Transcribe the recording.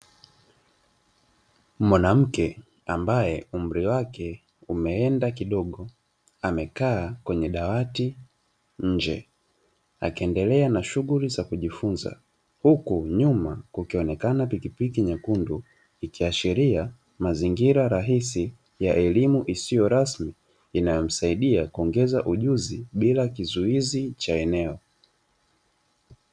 Mwanamke ambaye umri wake umeenda kidogo, amekaa kwenye dawati nje, akiendelea na shughuli za kujifunza huku nyuma kukionekana pikipiki nyekundu; ikiashiria mazingira rahisi ya elimu isiyo rasmi, inayomsaidia kuongeza ujuzi bila kizuizi cha eneo.